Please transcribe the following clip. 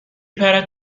پرد